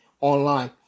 online